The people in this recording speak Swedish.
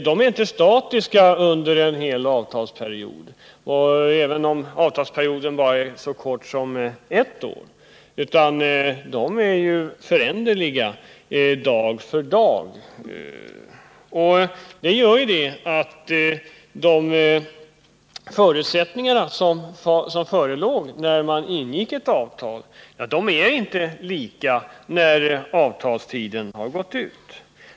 De är inte statiska under en hel avtalsperiod, även om avtalsperioden är så kort som ett år, utan de är föränderliga från dag till dag. Det gör att de förutsättningar som förelåg när man ingick ett avtal inte är desamma när avtalstiden har gått ut.